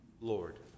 Lord